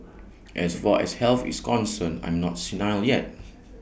as far as health is concerned I'm not senile yet